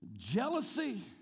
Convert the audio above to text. Jealousy